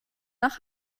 nach